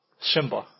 Simba